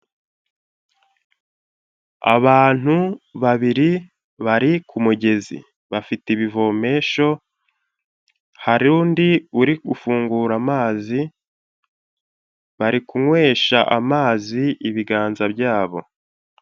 Abantu babiri bari ku ku mugezi bafite ibivomesho, hari undi uri gufungura amazi, bari kunywesha amazi ibiganza byabo.